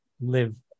live